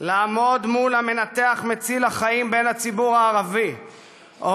לעמוד מול המנתח מציל החיים בן הציבור הערבי או